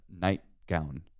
nightgown